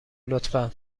لطفا